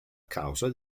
causa